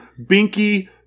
Binky